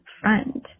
friend